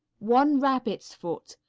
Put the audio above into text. one rabbit's foot.